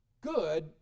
Good